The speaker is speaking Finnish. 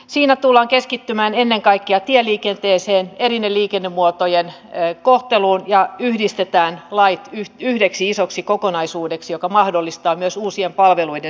siinä tullaan keskittymään ennen kaikkea tieliikenteeseen eri liikennemuotojen kohteluun ja yhdistetään lait yhdeksi isoksi kokonaisuudeksi joka mahdollistaa myös uusien palveluiden syntymisen